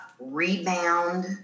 rebound